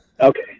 okay